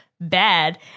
bad